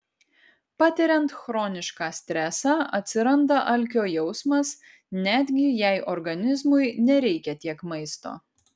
patiriant chronišką stresą atsiranda alkio jausmas netgi jei organizmui nereikia tiek maisto